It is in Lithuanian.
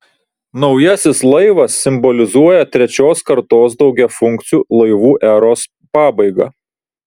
naujasis laivas simbolizuoja trečios kartos daugiafunkcių laivų eros pabaigą